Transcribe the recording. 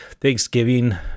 Thanksgiving